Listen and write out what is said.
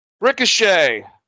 Ricochet